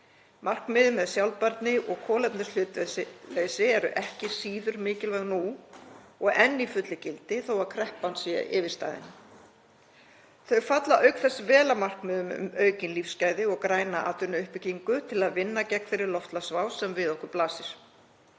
Markmið um sjálfbærni og kolefnishlutleysi eru ekki síður mikilvæg nú og enn í fullu gildi þó að kreppa sé yfirstaðin. Þau falla auk þess vel að markmiðum um aukin lífsgæði og græna atvinnuuppbyggingu til að vinna gegn þeirri loftslagsvá sem við okkur blasir.